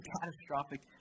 catastrophic